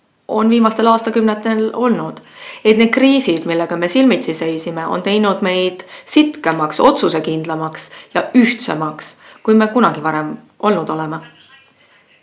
on viimastel aastakümnetel olnud, ja kriisid, millega me silmitsi seisime, on teinud meid sitkemaks, otsusekindlamaks ja ühtsemaks, kui me kunagi varem oleme olnud.